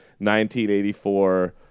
1984